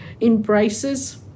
embraces